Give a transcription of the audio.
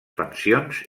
pensions